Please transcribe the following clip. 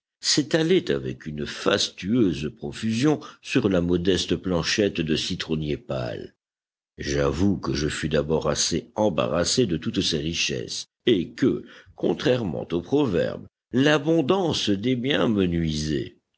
s'étalaient avec une fastueuse profusion sur la modeste planchette de citronnier pâle j'avoue que je fus d'abord assez embarrassé de toutes ces richesses et que contrairement au proverbe l'abondance des biens